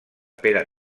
pere